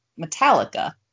Metallica